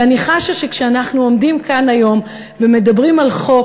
ואני חשה שכשאנחנו עומדים כאן היום ומדברים על חוק